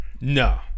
No